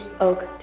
Oak